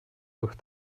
durch